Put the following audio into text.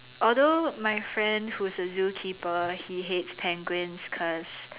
although my friend who is a zookeeper he hates penguins cause